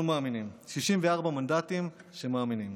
אנחנו מאמינים, 64 מנדטים של מאמינים.